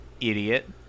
idiot